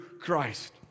Christ